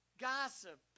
gossip